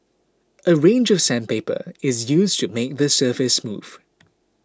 a range of sandpaper is used to make the surface smooth